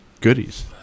goodies